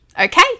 Okay